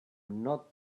not